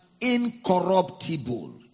incorruptible